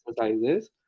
exercises